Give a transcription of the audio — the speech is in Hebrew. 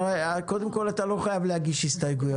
קודם כול, אתה לא חייב להגיש הסתייגויות.